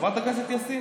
חברת הכנסת יאסין.